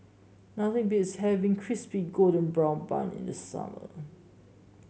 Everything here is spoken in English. nothing beats having Crispy Golden Brown Bun in the summer